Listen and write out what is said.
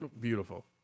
beautiful